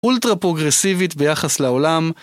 אולטרה פרוגרסיבית ביחס לעולם